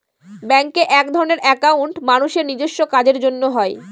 ব্যাঙ্কে একধরনের একাউন্ট মানুষের নিজেস্ব কাজের জন্য হয়